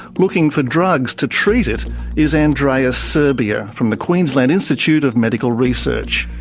looking for drugs to treat it is andreas suhrbier from the queensland institute of medical research.